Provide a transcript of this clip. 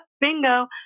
bingo